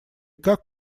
как